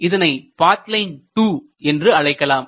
இதனை path line 2 என்று அழைக்கலாம்